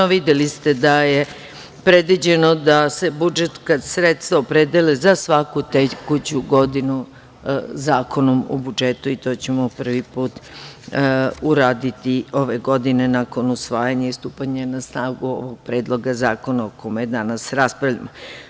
Evo, videli ste da je predviđeno da se budžetska sredstva opredele za svaku tekuću godinu Zakonom o budžetu i to ćemo prvi put uraditi ove godina nakon usvajanja i stupanja na snagu Predloga zakona o kome danas raspravljamo.